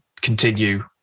continue